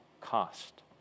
cost